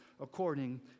according